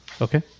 Okay